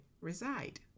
reside